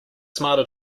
smarter